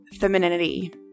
femininity